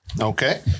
Okay